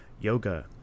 yoga